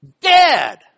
Dead